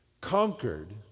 conquered